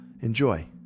enjoy